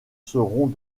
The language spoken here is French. seront